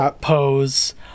pose